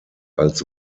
als